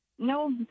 No